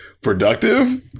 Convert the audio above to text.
productive